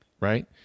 right